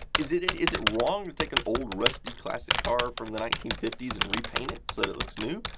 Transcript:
is it and is it wrong to take an old, rusty classic car from the nineteen fifty s and repaint it so that it looks new?